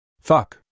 Fuck